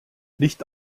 nicht